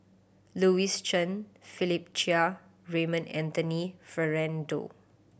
Louis Chen Philip Chia Raymond Anthony Fernando